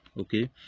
okay